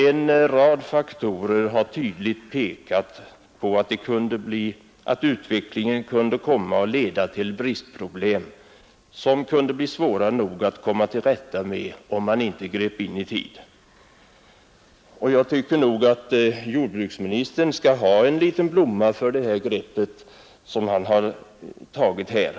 En rad faktorer har tydligt pekat på att utvecklingen skulle kunna leda till bristproblem, som kunde bli svåra att komma till rätta med om man inte grep in i tid. Jag tycker att jordbruksministern skall ha en liten blomma för det grepp som han har tagit här.